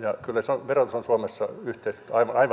ja kyllä se verotus on suomessa aivan tapissa nyt